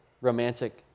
romantic